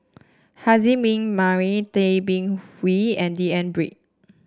Haslir Bin Tay Bin Wee and D N Pritt